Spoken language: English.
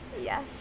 yes